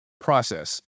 process